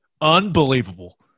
Unbelievable